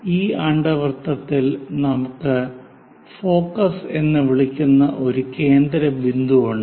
ഈ അണ്ഡവൃത്തത്തിൽ നമുക്ക് ഫോക്കസ് എന്ന് വിളിക്കുന്ന ഒരു കേന്ദ്രബിന്ദു ഉണ്ട്